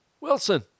Wilson